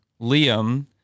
Liam